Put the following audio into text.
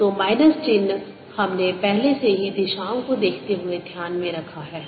तो माइनस चिह्न हमने पहले से ही दिशाओं को देखते हुए ध्यान में रखा है